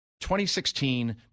2016